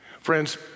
Friends